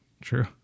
True